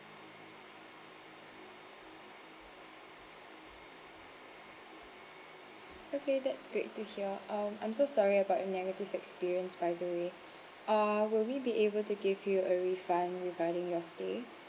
okay that's great to hear um I'm so sorry about your negative experience by the way uh will we be able to give you a refund regarding your stay